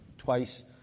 twice